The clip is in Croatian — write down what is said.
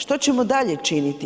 Što ćemo dalje činiti?